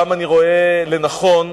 הפעם אני רואה לנכון